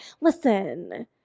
listen